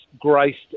graced